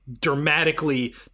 dramatically